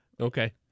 Okay